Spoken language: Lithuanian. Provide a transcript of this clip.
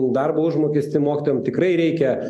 darbo užmokestį mokytojam tikrai reikia